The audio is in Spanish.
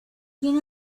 sin